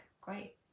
great